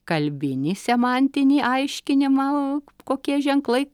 kalbinį semantinį aiškinimą kokie ženklai